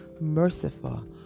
merciful